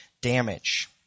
damage